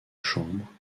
chambre